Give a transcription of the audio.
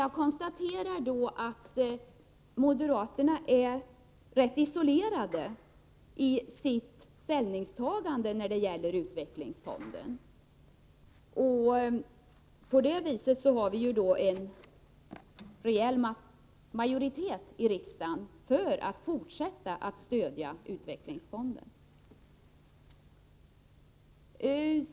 Jag konstaterar att moderaterna är rätt isolerade i sitt ställningstagande när det gäller utvecklingsfonden, varför vi har en rejäl majoritet i riksdagen för att fortsätta att stödja utvecklingsfonden.